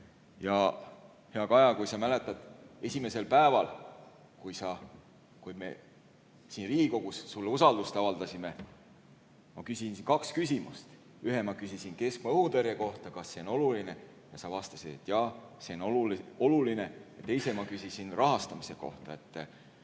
Ja, hea Kaja, kui sa mäletad, esimesel päeval, kui me siin Riigikogus sulle usaldust avaldasime, ma küsisin kaks küsimust. Ühe ma küsisin keskmaa-õhutõrje kohta, kas see on oluline, ja sa vastasid, et jaa, see on oluline, ja teise ma küsisin rahastamise kohta, kuna